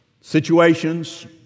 situations